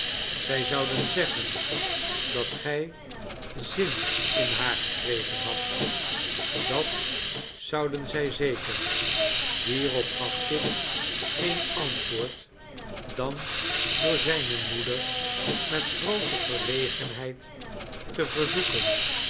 zij zouden zeggen dat gij zin in haar gekregen hadt dat zouden zij zeker hierop gaf kit geen antwoord dan door zijne moeder met groote verlegenheid te verzoeken